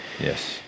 Yes